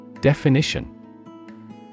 Definition